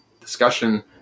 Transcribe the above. discussion